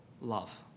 love